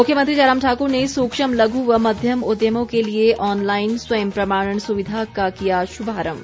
मुख्यमंत्री जयराम ठाकुर ने सूक्ष्म लघु व मध्यम उद्यमों के लिए ऑनलाइन स्वयं प्रमाणन सुविधा का किया शुभारंभ